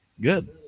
Good